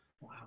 Wow